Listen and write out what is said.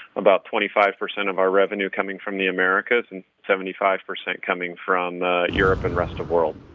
about twenty five percent of our revenue coming from the americas, and seventy five percent coming from europe and rest of world.